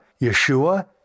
Yeshua